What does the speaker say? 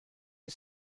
you